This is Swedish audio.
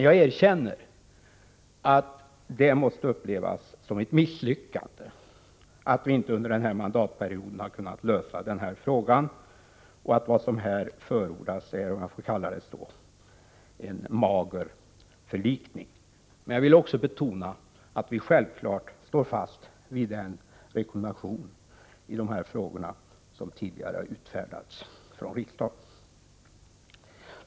Jag erkänner att det måste upplevas som ett misslyckande att vi inte under den här mandatperioden har kunnat lösa denna fråga. Vad som här förordas är — om jag får kalla det så — en mager förlikning. Vidare vill jag betona att vi självfallet står fast vid den rekommendation i dessa frågor som tidigare har utfärdats av riksdagen.